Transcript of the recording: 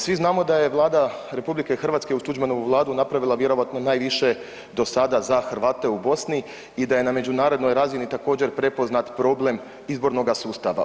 Svi znamo da je Vlada RH uz Tuđmanovu vladu napravila vjerojatno najviše do sada za Hrvate u Bosni i da je na međunarodnoj razini također prepoznat problem izbornoga sustava.